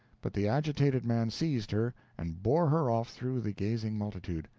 but the agitated man seized her, and bore her off through the gazing multitude.